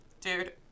dude